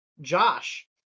Josh